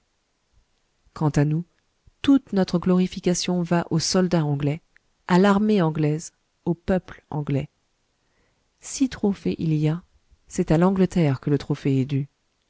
quant à nous toute notre glorification va au soldat anglais à l'armée anglaise au peuple anglais si trophée il y a c'est à l'angleterre que le trophée est dû